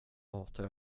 hatar